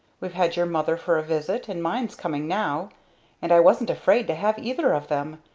we've had your mother for a visit, and mine's coming now and i wasn't afraid to have either of them!